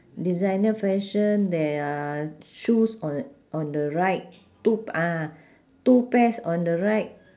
designer fashion there are shoes on on the right two ah two pairs on the right